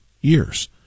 years